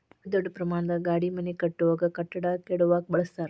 ಅತೇ ದೊಡ್ಡ ಪ್ರಮಾಣದ ಗಾಡಿ ಮನಿ ಕಟ್ಟುವಾಗ, ಕಟ್ಟಡಾ ಕೆಡವಾಕ ಬಳಸತಾರ